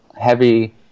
heavy